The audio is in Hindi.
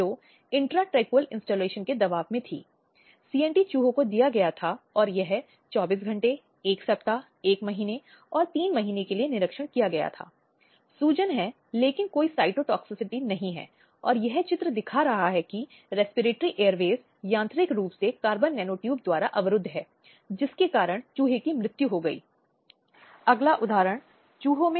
अब नागरिक समाज की बहुत महत्वपूर्ण भूमिका है और वे सामाजिक आर्थिक अधिकारों के प्रचार में बहुत महत्वपूर्ण हितधारक हैं